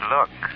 Look